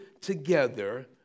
together